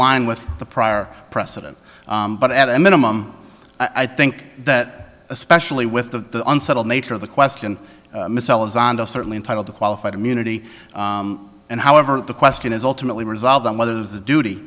line with the prior precedent but at a minimum i think that especially with the unsettled nature of the question miss elizondo certainly entitled to qualified immunity and however the question is ultimately resolved on whether the duty